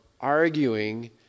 arguing